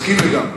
מסכים לגמרי.